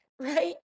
Right